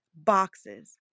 boxes